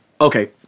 okay